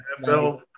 NFL